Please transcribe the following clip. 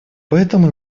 поэтому